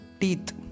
teeth